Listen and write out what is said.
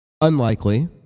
Unlikely